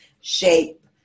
shape